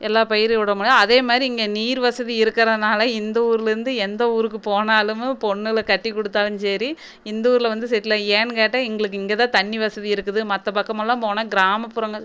எல்லா பயிரும் இட முடியும் அதேமாதிரி இங்கே நீர் வசதி இருக்கிறனால இந்த ஊர்லேருந்து எந்த ஊருக்கு போனாலுமே பொண்ணுகளை கட்டி கொடுத்தாலும் சரி இந்த ஊர்ல வந்து செட்டில் ஆகி ஏன்னு கேட்டால் எங்களுக்கு இங்கே தான் தண்ணி வசதி இருக்குது மற்ற பக்கமெல்லாம் போனால் கிராமப்புறங்கள்